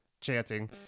chanting